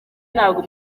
ntabwo